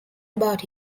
about